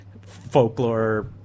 folklore